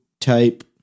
type